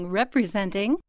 representing